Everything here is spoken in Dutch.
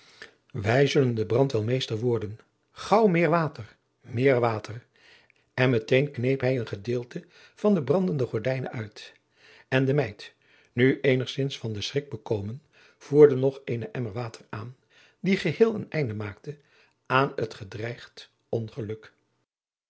wij zullen den brand wel meester worden gaauw meer water meer water en met een kneep hij een gedeelte van het brandende gordijn uit en de meid nu eenigzins van den schrik bekomen voerde nog eenen emmer water aan die geheel een einde maakte aan het gedreigd ongeluk